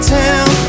town